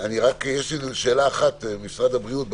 יש לי שאלה אחת, משרד הבריאות,